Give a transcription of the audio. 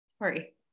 Sorry